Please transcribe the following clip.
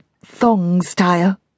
thong-style